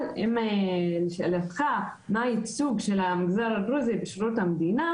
אבל אם שאלתך היא מה הייצוג של המגזר הדרוזי בשירות המדינה,